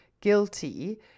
guilty